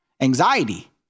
Anxiety